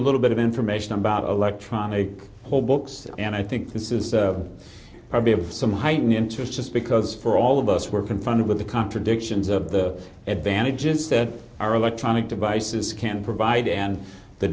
a little bit of information about electronic whole books and i think this is probably of some heightened interest because for all of us we're confronted with the contradictions of the advantages that our electronic devices can provide and the